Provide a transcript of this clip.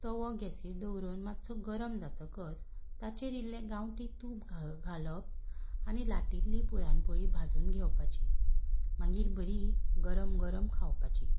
तवो गॅसीर दवरून मात्सो गरम जातकच ताचेर इल्लें गांवटी तूप घालप आनी लाटिल्ली पुरण पोळी भाजून घेवपाची मागीर बरी गरम गरम खावपाची